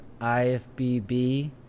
IFBB